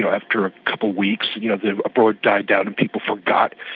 so after a couple of weeks you know the uproar died down and people forgot.